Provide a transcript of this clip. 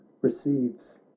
receives